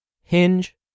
hinge